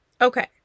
Okay